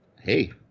hey